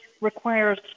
requires